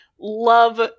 love